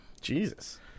Jesus